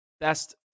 best